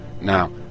Now